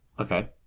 Okay